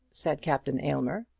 said captain aylmer.